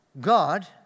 God